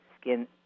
skin